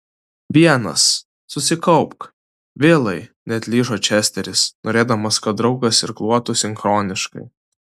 vienas susikaupk vilai neatlyžo česteris norėdamas kad draugas irkluotų sinchroniškai